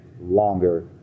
longer